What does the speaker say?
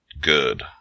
good